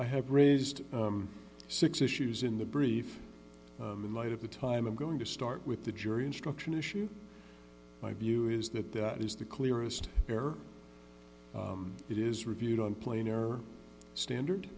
i have raised six issues in the brief in light of the time i'm going to start with the jury instruction issue my view is that that is the clearest bare it is reviewed on planar standard